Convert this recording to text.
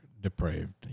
depraved